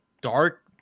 dark